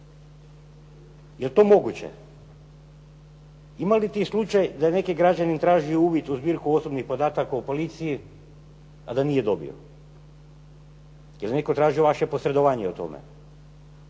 Jel' to moguće? Ima li …/Govornik se ne razumije./… da je neki građanin tražio uvid u zbirku osobnih podataka u policiji a da nije dobio. Jel' netko tražio vaše posredovanje o tome?